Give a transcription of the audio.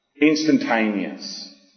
instantaneous